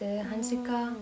mm